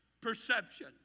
perception